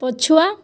ପଛୁଆ